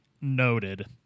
noted